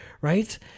Right